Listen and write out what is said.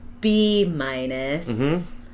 B-minus